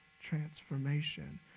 transformation